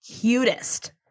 cutest